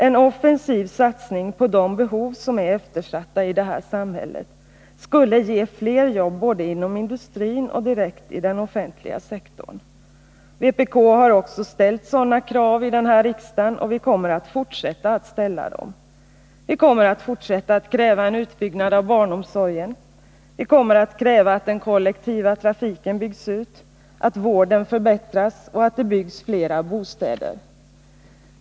En offensiv satsning på de behov som är eftersatta i det här samhället skulle ge fler jobb både inom industrin och direkt i den offentliga sektorn. Vpk har också ställt sådana krav här i riksdagen, och vi kommer att fortsätta att ställa dem. Vi kommer att fortsätta att kräva en utbyggnad av barnomsorgen. Vi kommer att kräva att den kollektiva trafiken byggs ut, att vården förbättras och att det byggs flera bostäder.